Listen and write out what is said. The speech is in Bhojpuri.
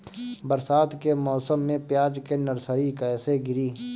बरसात के मौसम में प्याज के नर्सरी कैसे गिरी?